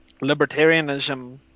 libertarianism